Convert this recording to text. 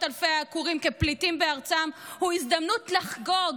אלפי העקורים כפליטים בארצם הם הזדמנות לחגוג,